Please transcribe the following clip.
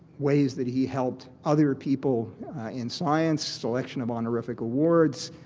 ways that he helped other people in science, selection of honorific awards,